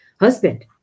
husband